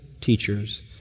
teachers